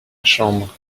chambre